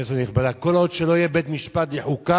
כנסת נכבדה, כל עוד לא יהיה בית-משפט לחוקה,